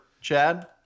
chad